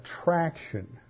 attraction